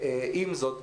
עם זאת,